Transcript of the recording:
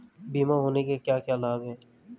बीमा होने के क्या क्या लाभ हैं?